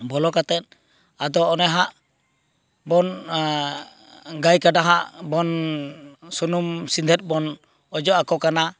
ᱵᱚᱞᱚ ᱠᱟᱛᱮᱫ ᱟᱫᱚ ᱚᱱᱮᱦᱟᱸᱜ ᱵᱚᱱ ᱜᱟᱭᱠᱟᱰᱟ ᱦᱟᱸᱜ ᱵᱚᱱᱻ ᱥᱩᱱᱩᱢ ᱥᱤᱸᱫᱷᱮᱫ ᱵᱚᱱ ᱚᱡᱚᱜ ᱟᱠᱚ ᱠᱟᱱᱟ